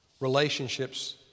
Relationships